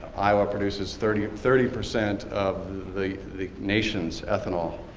iowa produces thirty thirty percent of the the nation's ethanol.